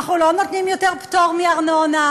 אנחנו לא נותנים יותר פטור מארנונה.